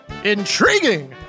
Intriguing